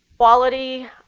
quality,